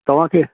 तव्हांखे